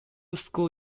school